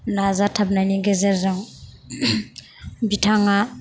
नाजाथाबनायनि गेजेरजों बिथाङा